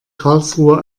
karlsruhe